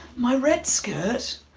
my red skirt,